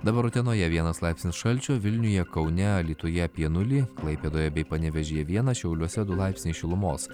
dabar utenoje vienas laipsnio šalčio vilniuje kaune alytuje apie nulį klaipėdoje bei panevėžyje vienas šiauliuose du laipsniai šilumos